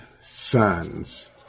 sons